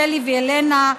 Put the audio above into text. שלי והלנה.